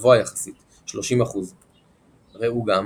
גבוה יחסית 30%. ראו גם